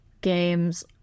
games